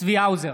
צבי האוזר,